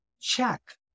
Check